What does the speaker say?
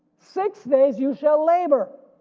six days you shall labor,